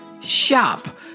shop